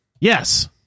Yes